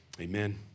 Amen